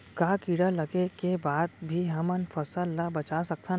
का कीड़ा लगे के बाद भी हमन फसल ल बचा सकथन?